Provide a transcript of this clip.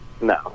No